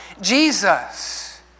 Jesus